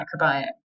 microbiome